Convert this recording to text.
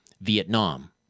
Vietnam